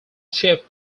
shaped